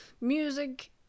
Music